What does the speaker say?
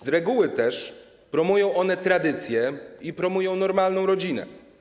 Z reguły też promują one tradycje i promują normalną rodzinę.